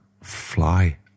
fly